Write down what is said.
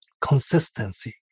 consistency